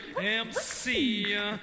MC